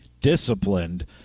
disciplined